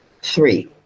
Three